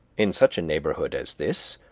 in such a neighborhood as this,